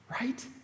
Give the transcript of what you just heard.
right